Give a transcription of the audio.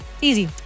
Easy